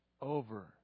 over